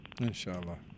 Inshallah